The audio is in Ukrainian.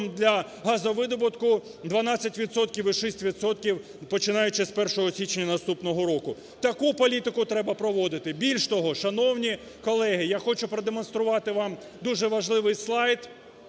і 6 відсотків, починаючи з 1 січня наступного року, таку політику треба проводити. Більше того, шановні колеги, я хочу продемонструвати вам дуже важливий слайд